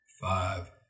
five